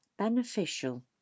Beneficial